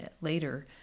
later